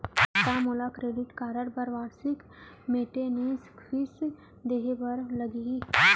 का मोला credit card बर वार्षिक मेंटेनेंस फीस देहे बर लागही?